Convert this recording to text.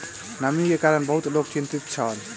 नमी के कारण बहुत लोक चिंतित छल